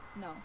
no